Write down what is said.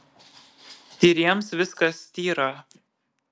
tyriems viskas tyra